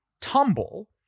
tumble